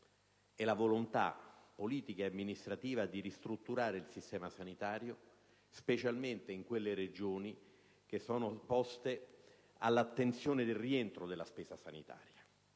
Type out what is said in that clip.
e la volontà politica e amministrativa di ristrutturare il sistema sanitario, specialmente in quelle Regioni che sono poste sotto attenzione per il rientro della spesa sanitaria.